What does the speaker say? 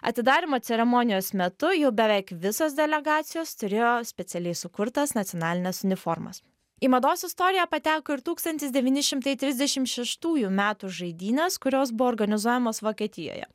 atidarymo ceremonijos metu jau beveik visos delegacijos turėjo specialiai sukurtas nacionalines uniformas į mados istoriją pateko ir tūkstantis devyni šimtai trisdešim šeštųjų metų žaidynės kurios buvo organizuojamos vokietijoje